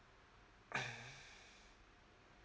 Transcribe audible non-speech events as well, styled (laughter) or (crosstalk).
(noise)